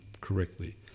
correctly